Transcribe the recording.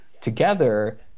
together